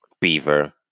beaver